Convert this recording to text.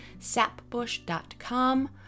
sapbush.com